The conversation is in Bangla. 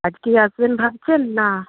আজকেই আসবেন ভাবছেন না